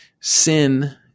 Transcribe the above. Sin